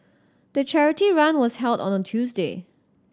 the charity run was held on a Tuesday